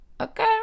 okay